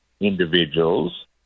individuals